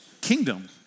kingdom